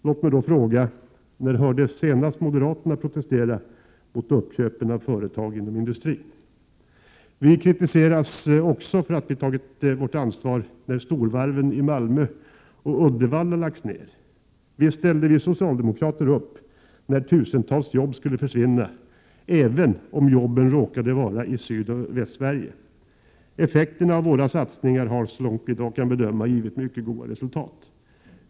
Låt mig då fråga — när hördes senast moderata protester mot uppköpen av — Prot. 1987/88:127 företag inom industrin? 26 maj 1988 Vi kritiseras också för att vi tagit vårt ansvar när storvarven i Malmö och Uddevalla lagts ned. Visst ställde vi socialdemokrater upp när tusentals jobb skulle försvinna, även om jobben råkade vara i Sydoch Västsverige. Effekterna av våra satsningar har — så långt vi i dag kan bedöma - givit mycket goda resultat.